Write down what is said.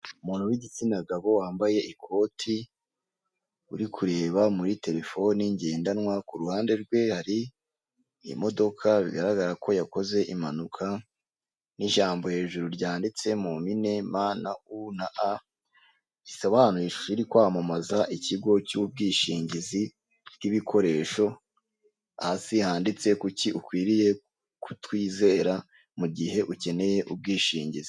umuntu w'igitsina gabo wambaye ikoti uri kureba muri terefone ngendanwa, ku ruhande rwe hari imodoka bigaragara ko yakoze impanuka nijambo hejuru ryanditse mu mpine M na U na A risobanuye kwamamaza ikigo cy'ubwishingizi bwibikoresho hasi handitse kuki ukwiriye kutwizera mugihe ukeneye ubwishingizi.